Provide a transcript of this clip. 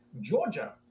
Georgia